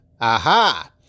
Aha